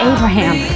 Abraham